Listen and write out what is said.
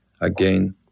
again